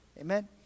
Amen